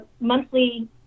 monthly